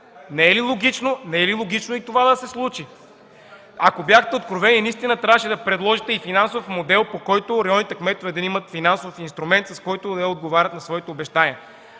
НЕНКОВ: Не е ли логично и това да се случи? Ако бяхте откровени, трябваше да предложите и финансов модел, по който районните кметове да имат финансов инструмент, с който да отговарят на своите обещания.